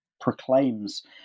proclaims